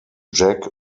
jack